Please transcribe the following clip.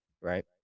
Right